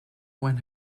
when